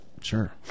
Sure